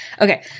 Okay